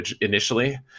initially